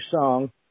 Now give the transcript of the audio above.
song